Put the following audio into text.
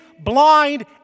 blind